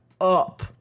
up